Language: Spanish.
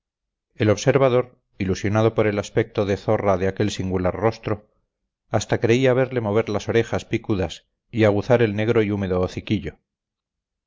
el observador ilusionado por el aspecto de zorra de aquel singular rostro hasta creía verle mover las orejas picudas y aguzar el negro y húmedo hociquillo